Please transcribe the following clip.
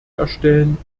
erstellen